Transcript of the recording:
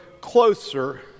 closer